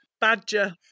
Badger